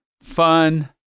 fun